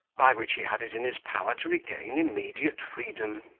by which he had it in his power to regain immediate freedom.